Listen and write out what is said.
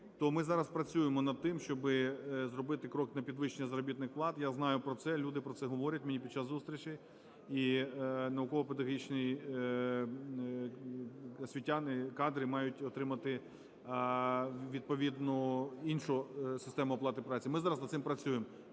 то ми зараз працюємо над тим, щоби зробити крок на підвищення заробітних плат. Я знаю про це, люди про це говорять мені під час зустрічей, і науково-педагогічні, освітяни, кадри мають отримати відповідно іншу систему оплати праці. Ми зараз над цим працюємо.